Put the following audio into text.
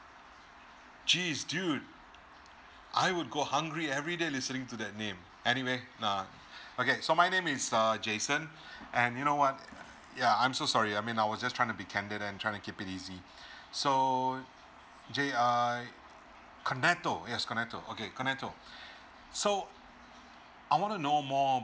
geez dude I would go hungry everyday listening to that name anyway nah okay so my name is err jason and you know what yeah I'm so sorry I mean I was just trying to be candid and try to keep it easy so jay~ I kenato yes kenato okay kenato so I want to know more